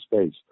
space